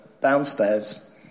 downstairs